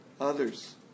others